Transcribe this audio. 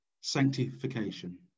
sanctification